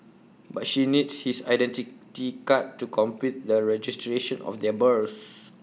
but she needs his Identity Card to complete the registration of their births